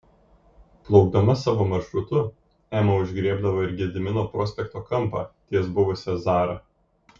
plaukdama savo maršrutu ema užgriebdavo ir gedimino prospekto kampą ties buvusia zara